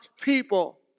people